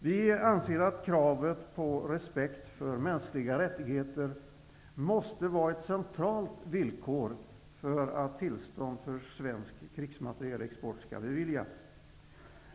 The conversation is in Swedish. Vi anser att kravet på respekt för mänskliga rättigheter måste vara ett centralt villkor för att tillstånd för svensk krigsmaterielexport skall beviljas.